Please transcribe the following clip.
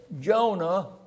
Jonah